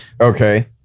Okay